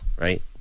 right